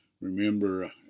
remember